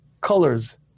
colors